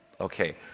Okay